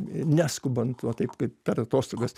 neskubant va taip kaip per atostogas